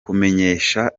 kumenyeshwa